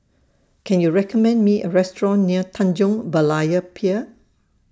Can YOU recommend Me A Restaurant near Tanjong Berlayer Pier